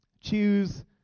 choose